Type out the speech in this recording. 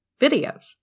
videos